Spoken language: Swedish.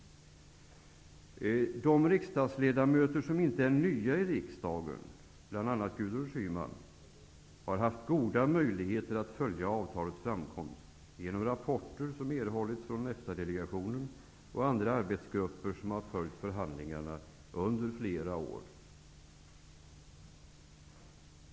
De riksdagsledamöter som inte är nya i riksdagen, bl.a. Gudrun Schyman, har haft goda möjligheter att följa avtalets framkomst, genom de rapporter som erhållits från EFTA delegationen och andra arbetsgrupper som följt förhandlingarna under flera år.